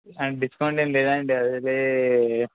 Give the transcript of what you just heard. అ discount ఏం లేదాండి